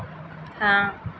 हाँ